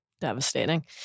Devastating